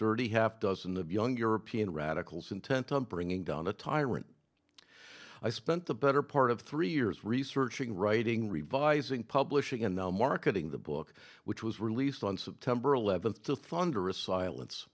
dirty half dozen of young european radicals intent on bringing down a tyrant i spent the better part of three years researching writing revising publishing and now marketing the book which was released on september eleventh to thunderous silence